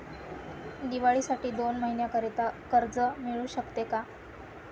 दिवाळीसाठी दोन महिन्याकरिता कर्ज मिळू शकते का?